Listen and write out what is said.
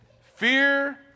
Fear